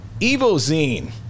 Evozine